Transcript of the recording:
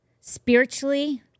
spiritually